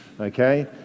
Okay